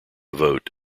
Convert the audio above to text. vote